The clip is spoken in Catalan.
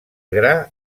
gra